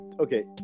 Okay